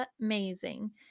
amazing